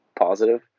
positive